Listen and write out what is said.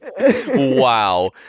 Wow